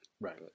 right